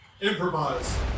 Improvise